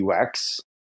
UX